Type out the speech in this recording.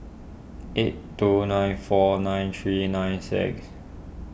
eight two nine four nine three nine six